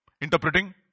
interpreting